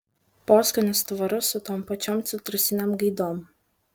poskonis tvarus su tom pačiom citrusinėm gaidom